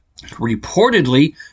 reportedly